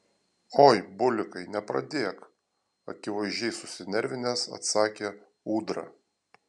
oi bulikai nepradėk akivaizdžiai susinervinęs atsakė ūdra